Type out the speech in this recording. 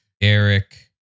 Eric